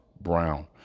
brown